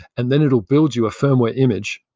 and then it'll build you a firmware image.